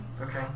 Okay